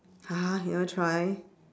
!huh! you want to try